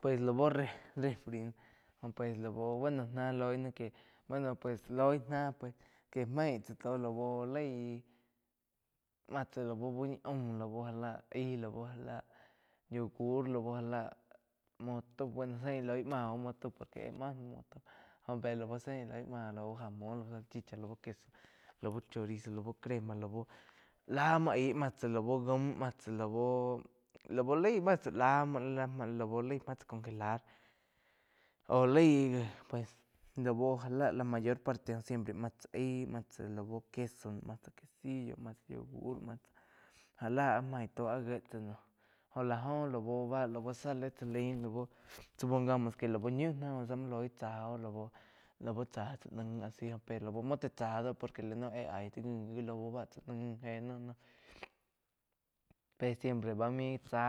Pues lau refri nóh pues lau ba nó náh loi náh que bueno pues loig náh kie meig tsá tó lau laig máh tsá lau úh ñi aum lau já lá aí, láu já la yogur laú já láh muo tau bueno zeín íh loi máh oh muo tau por que éh máh náh jó pe zein hi loi máh lau salchicha lau queso chorizó crema la bú la muo aih máh tsá lau jaum máh tsá lau laig má tsa la gaum lau laig ma tsá la muo lau laig máh tsá congelar oh laig pues la bu já la mayor porte jo siempre náh taí má tsá lau queso quesillo máh tsá yogur já la ah maig tó áh gié tsá noh jo la go laú báh, zá li chá lain lau supongamos que lau ñiu náh zá muo loi tsá oh la bu chá chá naig asi pe lau múo tá chá la no óh éh aih li ngi ji. Pe siempre bá mai chá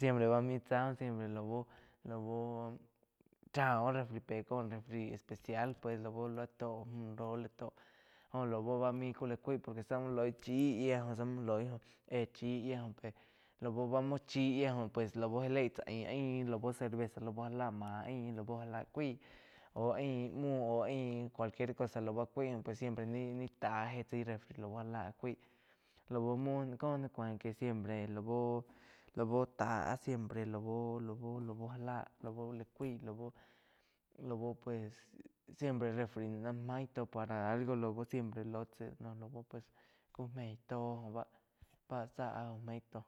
siempre bá mai cháh lá bu-la bu cha oh refri pe có refri especial pues la bú tó mju róh tó jo lau bá maig já la cui muo loi chí yía záh muo loi chí yía pe la bu muo chi yía pues la bu já leig tsá ain aín lá bu cerveza la bu máh ain lau já lah ma áin óh ain muo óh ain cuaquier cosa la ba pues siempre nai tá chái refri aú já la áh cúaig lau muo kó náh cuain que la bu, la bu tá siempre la bú, la bú já la cuáig la bu, la bu pues siempre refri maig tó para lau siempre ló tsá la bu pues meig tó oh báh zá áh óh meig tó.